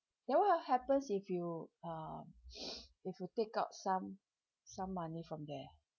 then what will happens if you uh if you take out some some money from there